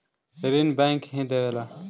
ऋण बैंक ही देवेला